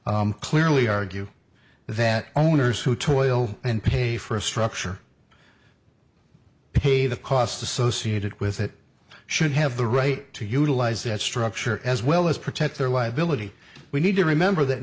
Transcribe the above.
clearly argue that owners who toil and pay for a structure pay the costs associated with it should have the right to utilize that structure as well as protect their liability we need to remember that